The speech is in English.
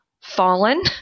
fallen